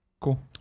cool